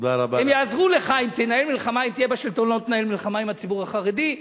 הם יעזרו לך אם תהיה בשלטון ותנהל מלחמה עם הציבור החרדי,